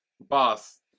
Boss